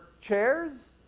chairs